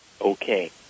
Okay